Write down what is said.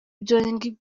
byombi